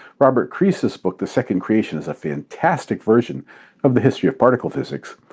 robert crease's book the second creation is a fantastic version of the history of particle physics.